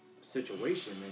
situation